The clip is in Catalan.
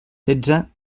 setze